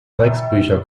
drecksbücher